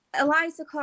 Eliza